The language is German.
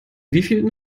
wievielten